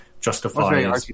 justifying